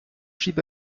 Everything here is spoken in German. schrieb